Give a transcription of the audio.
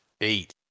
Eight